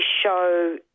show